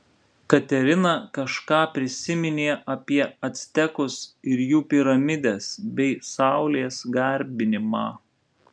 katerina kažką prisiminė apie actekus ir jų piramides bei saulės garbinimą